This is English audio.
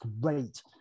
great